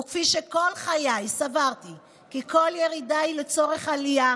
וכפי שכל חיי סברתי כי כל ירידה היא לצורך עלייה,